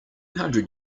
hundred